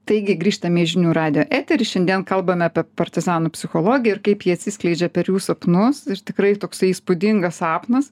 taigi grįžtame į žinių radijo eterį šiandien kalbame apie partizanų psichologiją ir kaip ji atsiskleidžia per jų sapnus ir tikrai toksai įspūdingas sapnas